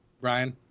Ryan